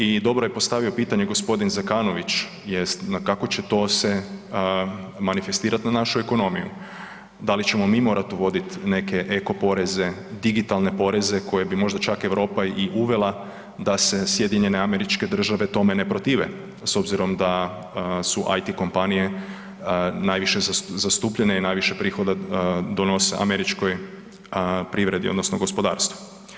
I dobro je postavio pitanje gospodin Zekanović, kako će to se manifestirati na našu ekonomiju, dali ćemo mi morati uvoditi neke eko poreze, digitalne poreze koje bi možda čak Europa i uvela da se SAD tome ne protive s obzirom da su IT kompanije najviše zastupljene i najviše prihoda donose američkoj privredi odnosno gospodarstvu.